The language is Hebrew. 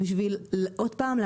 על מנת עוד פעם,